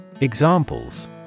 Examples